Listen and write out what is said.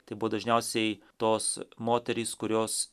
tai buvo dažniausiai tos moterys kurios